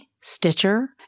Stitcher